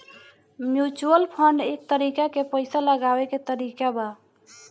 mutual fund एक तरीका के पइसा लगावे के तरीका बा